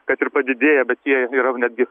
kad ir padidėję bet jie yra netgi